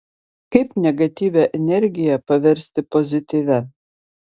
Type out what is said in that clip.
kaip negatyvią energiją paversti pozityvia